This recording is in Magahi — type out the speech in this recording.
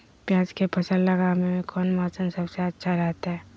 प्याज के फसल लगावे में कौन मौसम सबसे अच्छा रहतय?